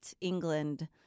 England